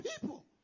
people